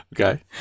Okay